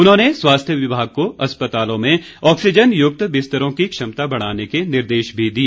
उन्होंने स्वास्थ्य विभाग को अस्पतालों में ऑक्सीजनयुक्त बिस्तरों की क्षमता बढ़ाने के निर्देश भी दिए